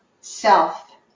self